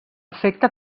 efecte